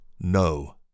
no